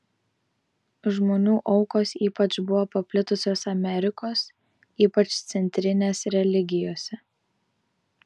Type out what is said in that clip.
žmonių aukos ypač buvo paplitusios amerikos ypač centrinės religijose